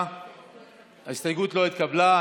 ההסתייגות לא התקבלה.